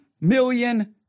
million